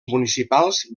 municipals